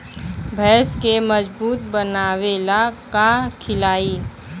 भैंस के मजबूत बनावे ला का खिलाई?